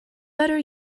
better